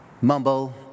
Mumble